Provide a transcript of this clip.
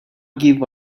give